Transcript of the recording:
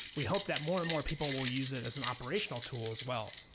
we hope that more and more people will use it as an operational tool as well.